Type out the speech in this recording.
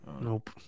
Nope